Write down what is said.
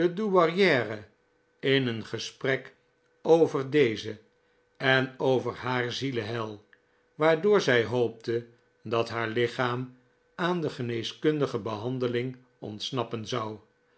de douairiere in een gesprek over deze en over haar zieleheil waardoor zij hoopte dat haar lichaam aan de geneeskundige behandeling ontsnappen zou